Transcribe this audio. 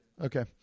okay